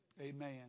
Amen